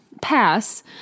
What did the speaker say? pass